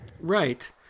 Right